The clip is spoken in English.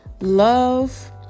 love